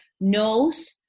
knows